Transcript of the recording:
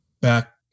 back